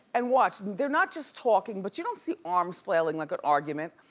and watch. they're not just talking but you don't see arms flailing like an argument.